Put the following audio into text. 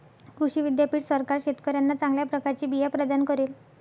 कृषी विद्यापीठ सरकार शेतकऱ्यांना चांगल्या प्रकारचे बिया प्रदान करेल